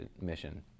mission